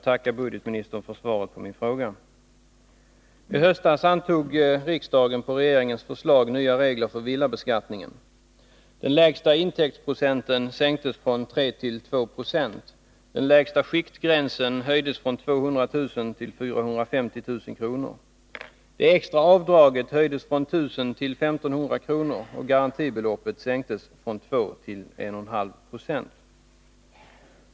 Herr talman! Jag ber att få tacka budgetministern för svaret på min fråga.